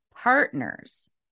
partners